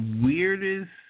weirdest